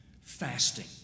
Fasting